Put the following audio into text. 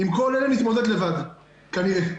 עם כל אלה נתמודד לבד, כנראה.